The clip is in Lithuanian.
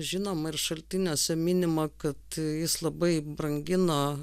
žinoma ir šaltiniuose minima kad jis labai brangino